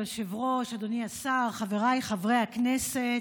אדוני היושב-ראש, אדוני השר, חבריי חברי הכנסת,